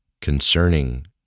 concerning